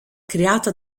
creata